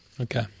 Okay